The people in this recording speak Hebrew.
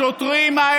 חבר הכנסת כץ.